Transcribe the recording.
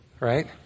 Right